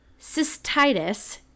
cystitis